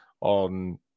on